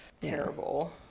terrible